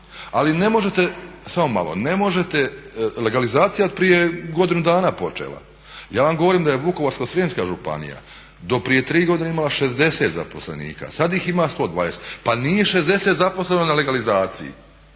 Ali ne možete, samo malo, ne možete legalizacija je od prije godinu dana počela. Ja vam govorim da je Vukovarsko-srijemska županija do prije tri godine imala 60 zaposlenika, sad ih ima 120. Pa nije 60 zaposleno na legalizaciji.